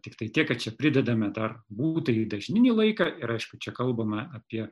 tiktai tiek kad čia pridedame dar būtąjį dažninį laiką ir aišku čia kalbame apie